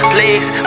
Please